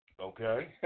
Okay